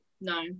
No